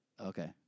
Okay